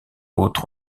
autre